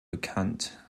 bekannt